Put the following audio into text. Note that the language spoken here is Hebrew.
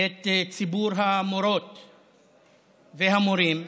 את ציבור המורות והמורים,